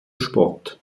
sport